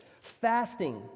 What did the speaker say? fasting